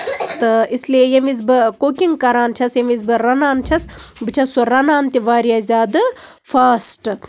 تہٕ اس لیے ییٚمہِ وِزِ بہٕ کُکِنگ کران چھَس ییٚمہِ وِزِ بہٕ رَنان چھَس بہٕ چھَس سُہ رَنان تہِ واریاہ زیادٕ فاسٹ